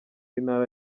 intara